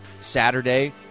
Saturday